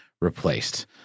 replaced